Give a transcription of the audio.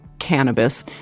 cannabis